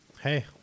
Hey